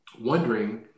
wondering